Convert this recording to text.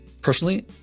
Personally